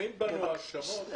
מוטחות בנו האשמות --- יקירי.